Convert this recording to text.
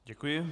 Děkuji.